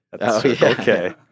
okay